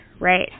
right